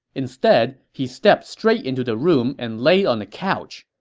instead, he stepped straight into the room and laid on the couch.